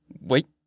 Wait